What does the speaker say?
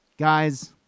Guys